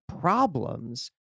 problems